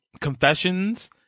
Confessions